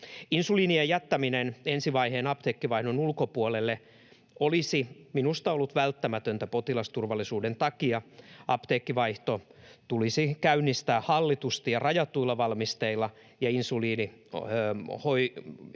Insuliinien jättäminen ensi vaiheen apteekkivaihdon ulkopuolelle olisi minusta ollut välttämätöntä potilasturvallisuuden takia. Apteekkivaihto tulisi käynnistää hallitusti ja rajatuilla valmisteilla, ja insuliinihoitoiset